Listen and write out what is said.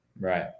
Right